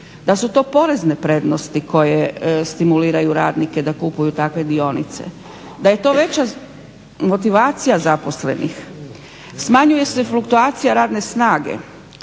da su to porezne prednosti koje stimuliraju radnike da kupuju takve dionice da je to veća motivacija zaposlenih, smanjuje se fluktuacija radne snage,